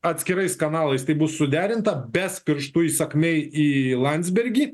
atskirais kanalais tai bus suderinta bes pirštu įsakmiai į landsbergį